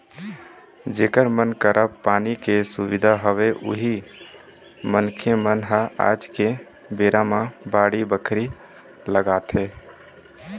जेखर मन करा पानी के सुबिधा हवय उही मनखे मन ह आज के बेरा म बाड़ी बखरी लगाथे